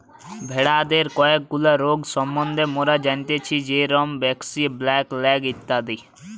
ভেড়াদের কয়েকগুলা রোগ সম্বন্ধে মোরা জানতেচ্ছি যেরম ব্র্যাক্সি, ব্ল্যাক লেগ ইত্যাদি